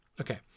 Okay